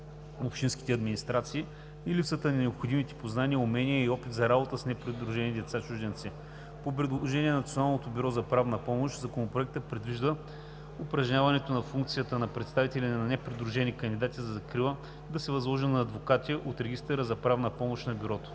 общинските администрации и липсата на необходимите познания, умения и опит за работа с непридружени деца – чужденци. По предложение на Националното бюро за правна помощ Законопроектът предвижда упражняването на функцията на представители на непридружените кандидати за закрила да се възложи на адвокати от Регистъра за правна помощ на бюрото.